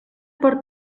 per